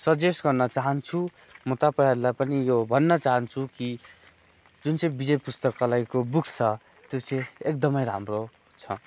suggest गर्न चाहन्छु म तपाईँहरूलाई पनि यो भन्न चाहन्छु कि जुन चाहिँ विजय पुस्तकालयको बुक्स छ त्यो चाहिँ एकदमै राम्रो छ